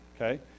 okay